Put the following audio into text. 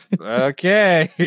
Okay